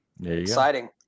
Exciting